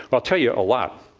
um i'll tell you a lot.